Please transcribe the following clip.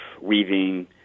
weaving